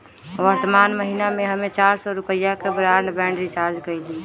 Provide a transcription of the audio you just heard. वर्तमान महीना में हम्मे चार सौ रुपया के ब्राडबैंड रीचार्ज कईली